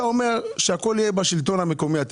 אתה אומר שהכול יהיה בשלטון המקומי.